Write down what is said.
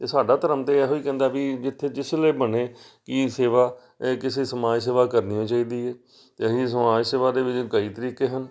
ਅਤੇ ਸਾਡਾ ਧਰਮ ਤਾਂ ਇਹੋ ਹੀ ਕਹਿੰਦਾ ਵੀ ਜਿੱਥੇ ਜਿਸ ਵੇਲੇ ਬਣੇ ਕਿ ਸੇਵਾ ਕਿਸੇ ਸਮਾਜ ਸੇਵਾ ਕਰਨੀ ਓ ਚਾਹੀਦੀ ਹੈ ਅਤੇ ਅਸੀਂ ਸਮਾਜ ਸੇਵਾ ਦੇ ਵਿੱਚ ਕਈ ਤਰੀਕੇ ਹਨ